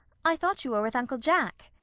i thought you were with uncle jack.